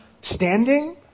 standing